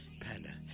Panda